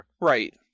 Right